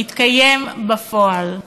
יתקיים בפועל.